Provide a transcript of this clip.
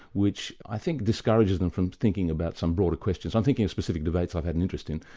which i think discourages them from thinking about some broader questions. i'm thinking of specific debates i've had an interest in,